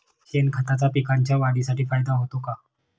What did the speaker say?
शेणखताचा पिकांच्या वाढीसाठी फायदा होतो का?